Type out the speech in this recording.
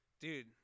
Dude